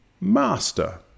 Master